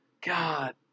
God